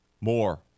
More